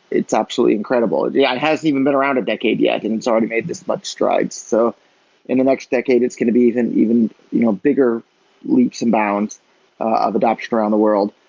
it's absolutely incredible. it yeah it hasn't even been around a decade yet and it's already made this much stride. so in the next decade it's going to be even you know bigger leaps and bounds of adoption around the world.